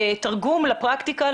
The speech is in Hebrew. תרגום לפרקטיקה,